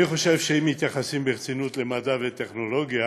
אני חושב שאם מתייחסים ברצינות למדע וטכנולוגיה,